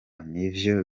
nivyo